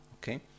Okay